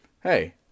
hey